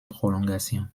prolongation